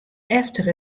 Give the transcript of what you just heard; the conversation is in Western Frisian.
efter